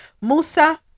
Musa